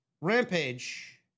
Rampage